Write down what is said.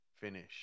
finish